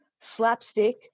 slapstick